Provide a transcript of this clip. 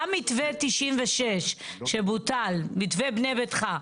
היה מתווה 1996 שבוטל, מתווה בנה ביתך.